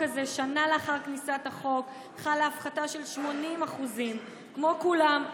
שנה לאחר כניסת החוק חלה הפחתה של 80%. כמו כולם,